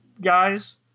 guys